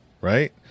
right